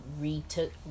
retook